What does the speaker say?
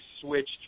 switched